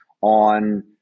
on